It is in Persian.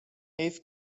حیف